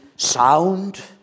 Sound